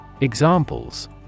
Examples